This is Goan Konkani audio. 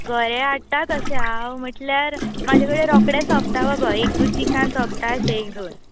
गरे हाडटा तशें हांव म्हटल्यार म्हाजे कडे नरोकडे सोंपता बाबा एकूच दिसान सोंपता अशे एक दोन